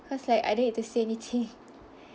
cause like I don't need to say anything